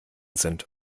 sind